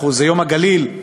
זה יום הגליל,